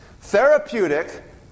Therapeutic